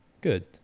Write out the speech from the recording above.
Good